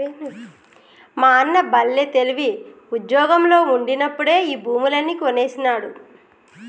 మా అన్న బల్లే తెలివి, ఉజ్జోగంలో ఉండినప్పుడే ఈ భూములన్నీ కొనేసినాడు